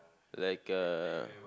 like a